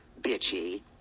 bitchy